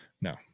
No